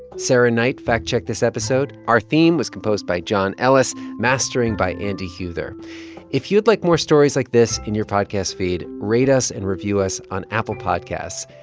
sarah knight fact-checked this episode. our theme was composed by john ellis, mastering by andy huether if you would like more stories like this in your podcast feed, rate us and review on on apple podcasts.